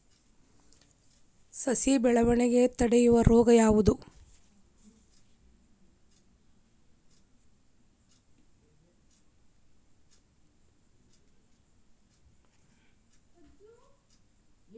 ಸಸಿ ಬೆಳವಣಿಗೆ ತಡೆಯೋ ರೋಗ ಯಾವುದು?